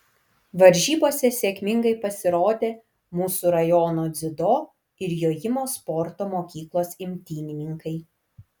varžybose sėkmingai pasirodė mūsų rajono dziudo ir jojimo sporto mokyklos imtynininkai